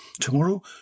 Tomorrow